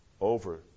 over